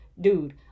dude